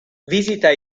visita